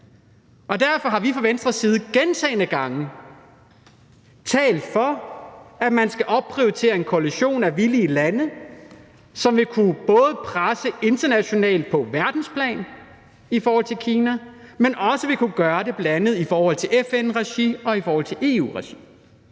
derfor har vi fra Venstres side gentagne gange talt for, at man skal opprioritere en koalition af villige lande, som både vil kunne presse internationalt på verdensplan i forhold til Kina, men også vil kunne gøre det bl.a. i FN-regi og i EU-regi.